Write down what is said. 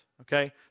okay